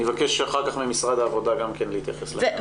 אני אבקש אחר כך ממשרד העבודה גם כן להתייחס לעניין הזה.